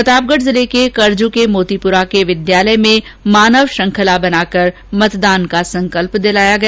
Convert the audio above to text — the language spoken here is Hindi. प्रतापगढ जिले के करजू के मोतीपुरा के विद्यालय में मानव श्रृंखला बनाकर मतदान का संकल्प दिलाया गया